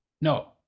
No